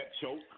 choke